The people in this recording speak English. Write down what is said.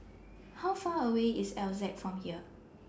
How Far away IS Altez from here